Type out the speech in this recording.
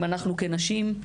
אם כנשים,